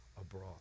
abroad